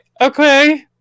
Okay